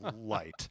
light